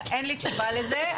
אין לי תשובה לזה.